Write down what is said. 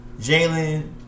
Jalen